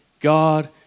God